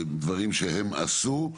הדברים שהם עשו.